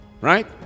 Right